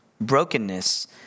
Brokenness